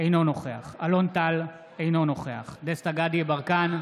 אינו נוכח אלון טל, אינו נוכח דסטה גדי יברקן,